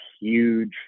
huge